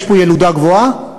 יש פה ילודה גבוהה,